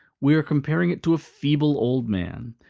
we are comparing it to a feeble old man.